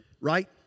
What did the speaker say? Right